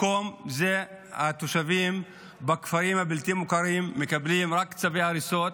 במקום זה התושבים בכפרים הבלתי-מוכרים מקבלים רק צווי הריסות,